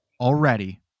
already